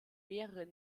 mehrere